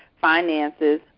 finances